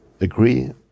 agree